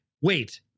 Wait